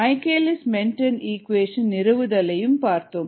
Michaelis Menten equation நிறுவுதலை பார்த்தோம்